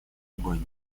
огонь